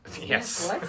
Yes